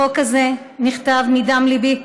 החוק הזה נכתב בדם ליבי.